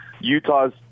Utah's